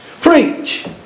Preach